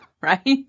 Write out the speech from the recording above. right